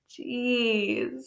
Jeez